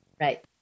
right